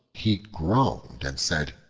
he groaned and said,